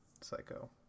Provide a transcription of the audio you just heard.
Psycho